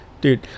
Dude